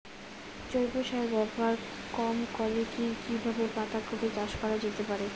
জৈব সার ব্যবহার কম করে কি কিভাবে পাতা কপি চাষ করা যেতে পারে?